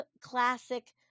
classic